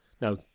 Now